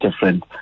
different